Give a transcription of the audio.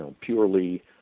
purely